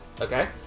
Okay